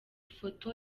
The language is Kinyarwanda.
foto